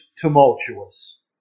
tumultuous